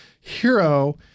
hero